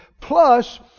Plus